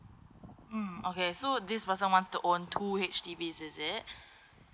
mm okay so this person wants to own two H_D_B is it